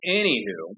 anywho